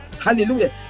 Hallelujah